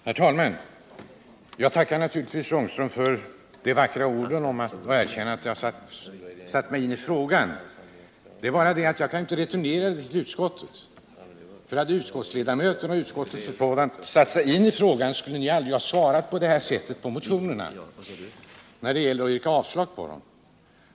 Herr talman! Jag tackar naturligtvis Rune Ångström för de vackra orden och för erkännandet att jag har satt mig in i frågan. Det är bara det att jag inte kan returnera det erkännandet till utskottet, för hade utskottsledamöterna och utskottet som sådant satt sig in i frågan skulle utskottet när det gäller avslagsyrkandena aldrig ha behandlat motionerna på detta sätt.